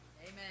Amen